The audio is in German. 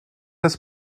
des